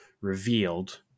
revealed